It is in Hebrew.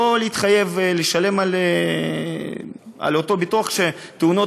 לא להתחייב לשלם על אותו ביטוח תאונות